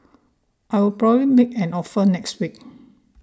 I'll probably make an offer next week